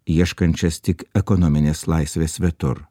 ieškančias tik ekonominės laisvės svetur